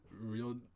real